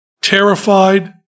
terrified